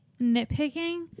nitpicking